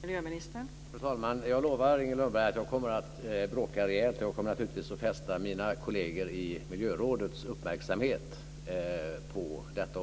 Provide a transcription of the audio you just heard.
Fru talman! Jag lovar Inger Lundberg att jag kommer att bråka rejält. Jag kommer naturligtvis också att fästa mina miljörådskollegers uppmärksamhet på detta.